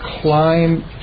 climb